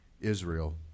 Israel